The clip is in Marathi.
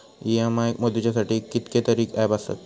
इ.एम.आय मोजुच्यासाठी कितकेतरी ऍप आसत